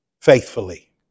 faithfully